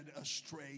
astray